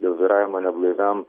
dėl vairavimo neblaiviam